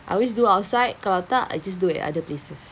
I always do outside kalau tak I'll just do at other places